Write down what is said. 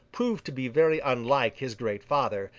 proved to be very unlike his great father,